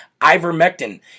ivermectin